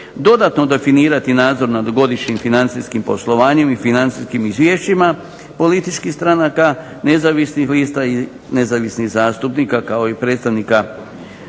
dodatno definirati nadzor nad godišnjih financijskim poslovanjem i financijskim izvješćima političkih stranaka, nezavisnih lista i nezavisnih zastupnika kao i članova